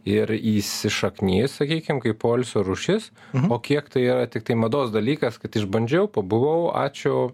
ir įsišaknys sakykim kaip poilsio rūšis o kiek tai yra tiktai mados dalykas kad išbandžiau pabuvau ačiū